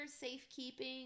safekeeping